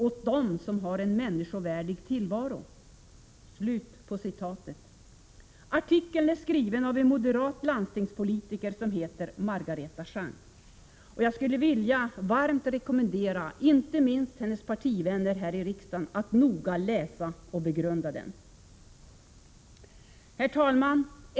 Åt dem som har en människovärdig tillvaro?” Artikeln är skriven av en moderat landstingspolitiker som heter Margareta Schang. Jag skulle vilja varmt rekommendera, inte minst hennes partivänner här i riksdagen, att noga läsa och begrunda den. Herr talman!